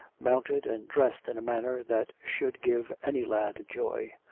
mounted and dressed in a manner that should give any lad joy.